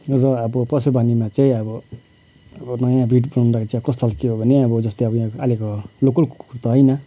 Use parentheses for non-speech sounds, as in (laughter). र अब पशु प्राणीमा चाहिँ अब नयाँ (unintelligible) कस्तो खालको के हो भने अब जस्तै यहाँको आहिलेको लोकल कुकुर त होइन